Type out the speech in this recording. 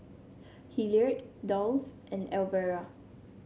Hilliard Dulce and Elvera